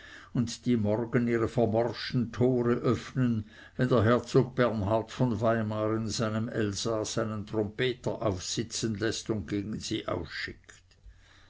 und die morgen ihre vermorschten tore öffnen wenn der herzog bernhard von weimar in seinem elsaß einen trompeter aufsitzen läßt und gegen sie ausschickt